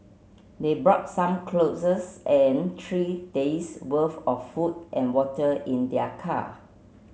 they brought some clothes and three days worth of food and water in their car